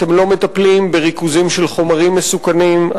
אתם לא מטפלים בריכוזים של חומרים מסוכנים,